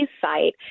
site